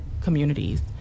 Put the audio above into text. communities